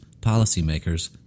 policymakers